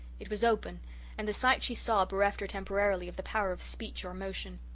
it was open and the sight she saw bereft her temporarily of the power of speech or motion.